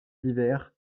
d’hiver